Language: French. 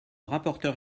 rapporteur